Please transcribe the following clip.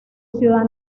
ciudad